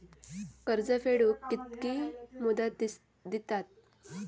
कर्ज फेडूक कित्की मुदत दितात?